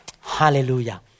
Hallelujah